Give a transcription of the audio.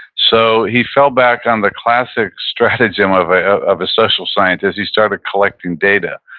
so he fell back on the classic stratagem of a ah of a social scientist. he started collecting data.